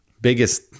biggest